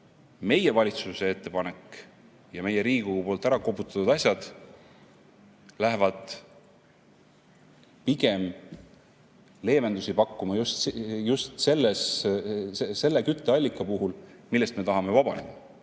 meie valitsuse ettepanek ja meie Riigikogu ärakoputatud asjad lähevad pigem leevendusi pakkuma just selle kütteallika puhul, millest me tahame vabaneda.